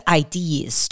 ideas